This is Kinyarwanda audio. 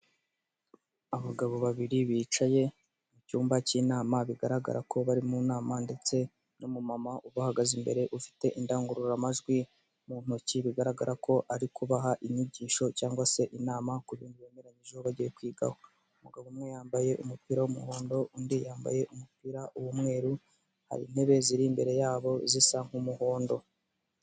Abagabo babiri bicaye mu cyumba k'inama bigaragara ko bari mu nama ndetse n'umumama ubahagaze imbere ufite indangururamajwi mu ntoki bigaragara ko ari kubaha inyigisho cyangwa se inama ku bindi bemeranyijeho bagiye kwigaho, umugabo umwe yambaye umupira w'umuhondo undi yambaye umupira w'umweru hari intebe ziri imbere yabo zisa nk'umuhondo.